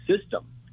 system